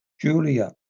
Julia